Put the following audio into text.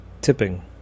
Tipping